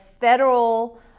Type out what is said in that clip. federal